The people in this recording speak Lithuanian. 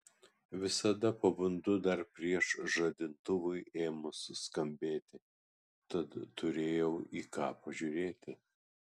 visada pabundu dar prieš žadintuvui ėmus skambėti tad turėjau į ką pažiūrėti